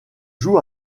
joue